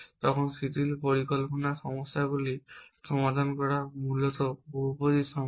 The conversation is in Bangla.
তখন শিথিল পরিকল্পনা সমস্যাগুলি সমাধান করা মূলত বহুপদী সময়